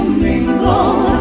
mingle